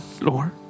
Lord